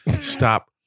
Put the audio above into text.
Stop